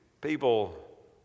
People